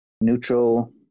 neutral